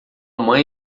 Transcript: mãe